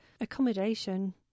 Accommodation